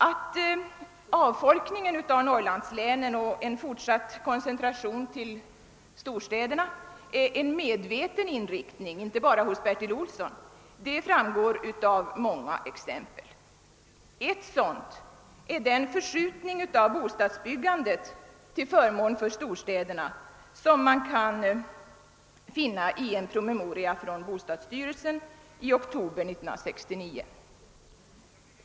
Att avfolkningen av Norrlandslänen och en fortsatt koncentration till vissa tätorter är en medveten inriktning, inte bara hos Bertil Olsson, framgår av många exempel. Ett sådant är den förskjutning av bostadsbyggandet till förmån för storstäderna som man kan finna i en promemoria från bostadsstyrelsen i oktober 1969.